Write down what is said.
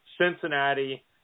Cincinnati